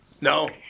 no